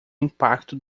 impacto